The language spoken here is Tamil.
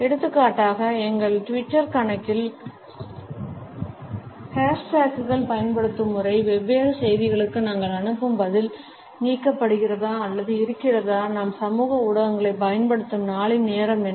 எடுத்துக்காட்டாக எங்கள் ட்விட்டர் கணக்கில் ஹேஷ்டேக்குகள் பயன்படுத்தும் முறை வெவ்வேறு செய்திகளுக்கு நாங்கள் அனுப்பும் பதில் நீக்கப்படுகிறதா அல்லது இருக்கிறதா நாம் சமூக ஊடகங்களைப் பயன்படுத்தும் நாளின் நேரம் என்ன